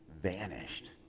vanished